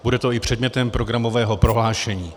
Bude to i předmětem programového prohlášení.